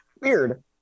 Weird